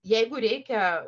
jeigu reikia